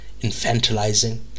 infantilizing